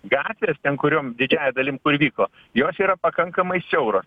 gatvės ten kuriom didžiąja dalim kur vyko jos yra pakankamai siauro